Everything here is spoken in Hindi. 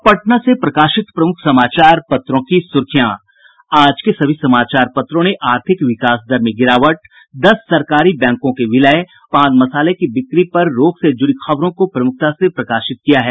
अब पटना से प्रकाशित प्रमुख समाचार पत्रों की सुर्खियां आज के सभी समाचार पत्रों ने आर्थिक विकास दर में गिरावट दस सरकारी बैंकों के विलय और प्रदेश में पान मसाले की बिक्री पर रोक से जुड़ी खबरों को प्रमुखता से प्रकाशित किया है